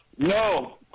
No